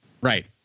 Right